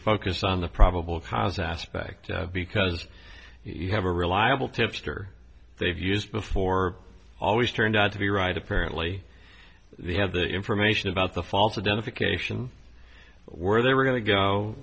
focus on the probable cause aspect because you have a reliable tipster they've used before always turned out to be right apparently they have the information about the fall to death occasion where they were going to g